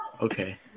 Okay